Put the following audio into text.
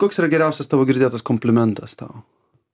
koks yra geriausias tavo girdėtas komplimentas tau